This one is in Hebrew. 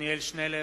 עתניאל שנלר,